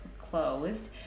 closed